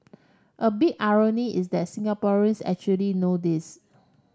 a big irony is that Singaporeans actually know this